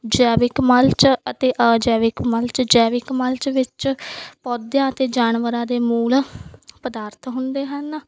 ਜੈਵਿਕ ਮਲਚ ਅਤੇ ਅਜੈਵਿਕ ਮਲਚ ਜੈਵਿਕ ਮਲਚ ਵਿੱਚ ਪੌਦਿਆਂ ਅਤੇ ਜਾਨਵਰਾਂ ਦੇ ਮੂਲ ਪਦਾਰਥ ਹੁੰਦੇ ਹਨ